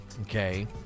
okay